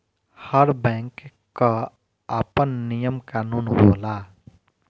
हर bank कअ आपन नियम कानून होला